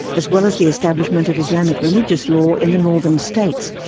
as well as the establishment of islamic religious law in the northern states,